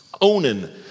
Onan